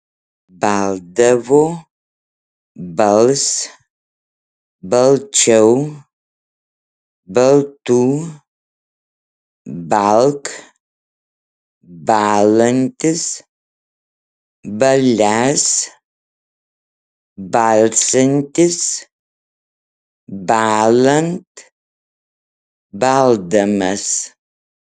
baldavo bals balčiau baltų balk bąlantis balęs balsiantis bąlant baldamas